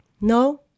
No